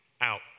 out